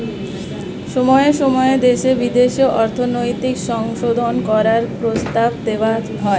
সময়ে সময়ে দেশে বিদেশে অর্থনৈতিক সংশোধন করার প্রস্তাব দেওয়া হয়